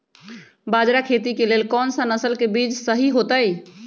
बाजरा खेती के लेल कोन सा नसल के बीज सही होतइ?